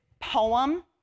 poem